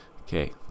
Okay